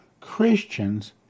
Christians